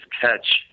catch